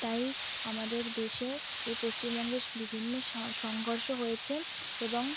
তাই আমাদের দেশে এই পশ্চিমবঙ্গে স বিভিন্ন সা সংঘর্ষ হয়েছে এবং